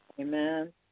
amen